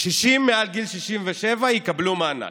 קשישים מעל גיל 67 יקבלו מענק.